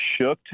shooked